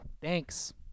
Thanks